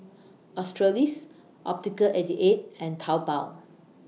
Australis Optical eighty eight and Taobao